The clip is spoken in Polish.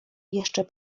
jeszcze